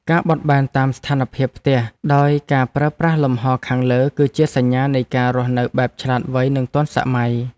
ការបត់បែនតាមស្ថានភាពផ្ទះដោយការប្រើប្រាស់លំហរខាងលើគឺជាសញ្ញានៃការរស់នៅបែបឆ្លាតវៃនិងទាន់សម័យ។